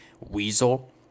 weasel